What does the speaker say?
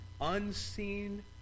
unseen